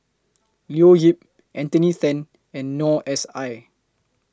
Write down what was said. Leo Yip Anthony Then and Noor S I